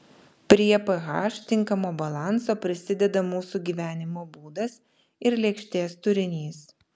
prie ph tinkamo balanso prisideda mūsų gyvenimo būdas ir lėkštės turinys